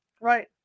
Right